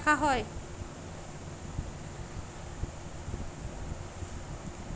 trust fund মালে হছে ল্যাস লিতি যেট হছে ইকজলের টাকা সম্পত্তি রাখা হ্যয়